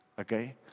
Okay